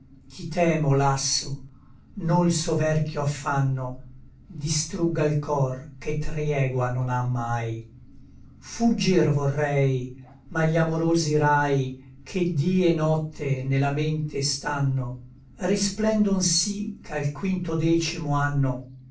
ch'i temo lasso no l soverchio affanno distruga l cor che triegua non à mai fuggir vorrei ma gli amorosi rai che dí et notte ne la mente stanno risplendon sí ch'al quintodecimo anno